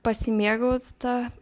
pasimėgaut ta